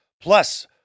Plus